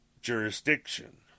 jurisdiction